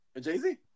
Jay-Z